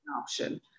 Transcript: option